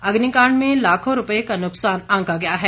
अग्निकांड में लाखों रूपये का नुकसान आंका गया है